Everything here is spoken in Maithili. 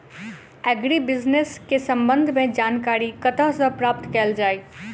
एग्री बिजनेस केँ संबंध मे जानकारी कतह सऽ प्राप्त कैल जाए?